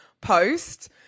post